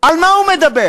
על מה הוא מדבר,